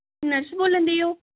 nurse ਬੋਲਣਡੇ ਹੋ